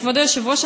כבוד היושב-ראש,